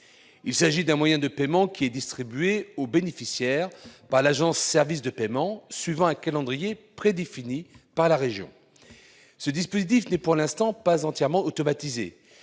Il s'agit d'un moyen de paiement qui est distribué aux bénéficiaires par l'Agence de services et de paiement, l'ASP, suivant un calendrier prédéfini par la région. Ce dispositif n'est pour l'instant pas entièrement automatisé,